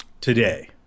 today